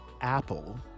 Apple